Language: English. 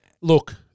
Look